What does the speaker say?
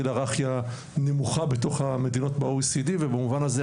בגיל הרך היא מהנמוכה מתוך המדינות ב-OECD ובמובן הזה,